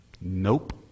Nope